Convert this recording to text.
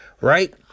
Right